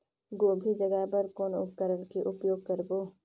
गोभी जगाय बर कौन उपकरण के उपयोग करबो?